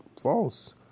false